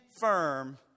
firm